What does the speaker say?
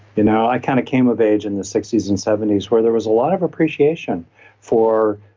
you know i kind of came of age in the sixty s and seventy s where there was a lot of appreciation for